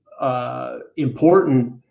Important